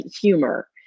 humor